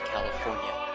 California